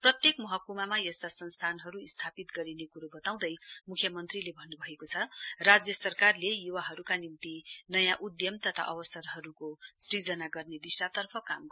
प्रत्येक महकुमामा यस्ता संस्थानहरु स्थापित गरिने कुरो वताउँदै मुख्य मन्त्रीले भन्नुभएको छ राज्य सरकारले युवाहरुका निम्ति नयाँ उद्दम तथा अवसरहरुको सुजना गर्ने दिशातर्फ काम गर्नेछ